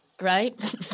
right